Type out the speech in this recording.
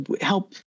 help